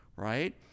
right